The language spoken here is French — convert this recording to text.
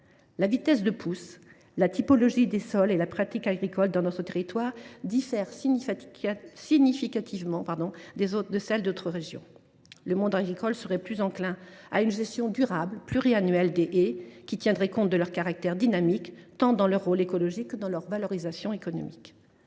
La vitesse de pousse, la typologie des sols et les pratiques agricoles dans notre territoire diffèrent significativement de celles d’autres régions. Le monde agricole serait plus enclin à gérer les haies d’une façon durable et pluriannuelle, en tenant compte de leur caractère dynamique, tant dans leur rôle écologique que dans leur valorisation économique.